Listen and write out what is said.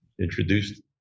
introduced